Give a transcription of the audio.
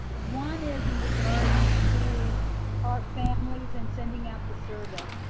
one is in regards to our families and sending out the survey,